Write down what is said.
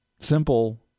simple